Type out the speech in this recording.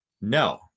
no